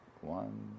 one